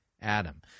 Adam